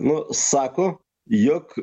nu sako jog